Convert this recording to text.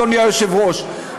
אדוני היושב-ראש,